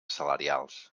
salarials